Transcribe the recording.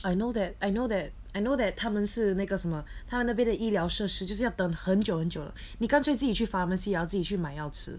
I know that I know that I know that 他们是那个什么他那边的医疗设施就是要等很久很久了你干脆自己去 pharmacy 然后自己去买药吃